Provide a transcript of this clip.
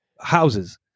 houses